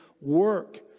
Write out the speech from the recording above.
work